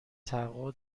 تحقق